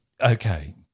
Okay